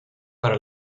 para